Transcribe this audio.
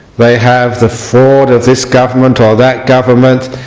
they have the fraud of this government or that government.